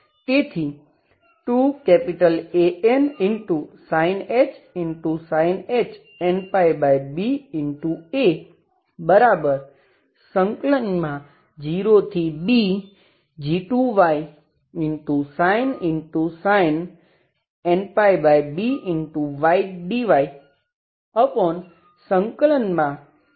તેથી 2Ansinh nπba 0bg2sin nπby dy0bnπby dy2b0bg2sin nπby dy છે